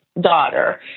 daughter